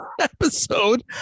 episode